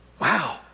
Wow